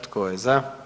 Tko je za?